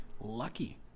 lucky